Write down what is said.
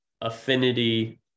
affinity